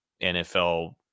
NFL